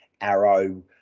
Arrow